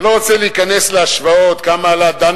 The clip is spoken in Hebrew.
אני לא רוצה להיכנס להשוואות כמה עלה דן